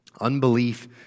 Unbelief